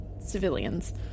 civilians